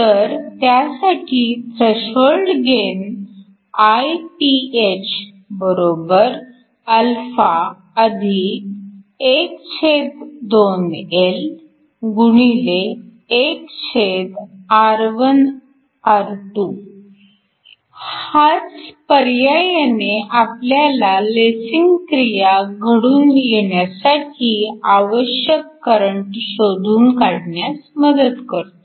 तर त्यासाठी threshold gain Ithα12L1R1R2 हाच पर्यायाने आपल्याला लेसिंग क्रिया घडून येण्यासाठी आवश्यक करंट शोधून काढण्यास मदत करतो